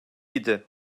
idi